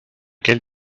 quel